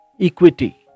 equity